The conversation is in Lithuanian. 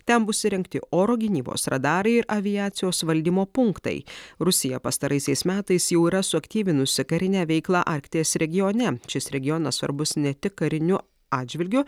ten bus įrengti oro gynybos radarai ir aviacijos valdymo punktai rusija pastaraisiais metais jau yra suaktyvinusi karinę veiklą arkties regione šis regionas svarbus ne tik kariniu atžvilgiu